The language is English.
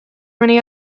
many